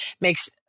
makes